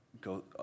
go